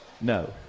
no